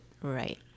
right